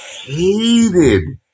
hated